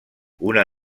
una